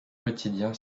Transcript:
quotidien